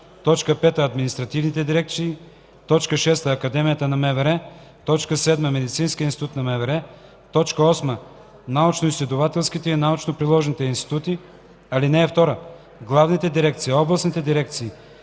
5. административните дирекции; 6. Академията на МВР; 7. Медицинският институт на МВР; 8. научноизследователските и научно-приложните институти. (2) Главните дирекции, областните дирекции,